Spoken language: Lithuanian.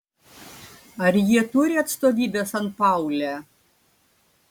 ar jie turi atstovybę sanpaule